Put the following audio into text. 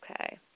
Okay